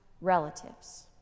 relatives